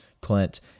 Clint